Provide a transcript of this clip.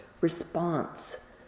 response